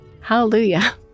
Hallelujah